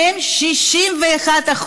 מהם 61%,